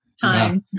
Time